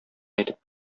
әйтеп